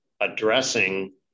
addressing